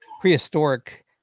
prehistoric